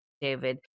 David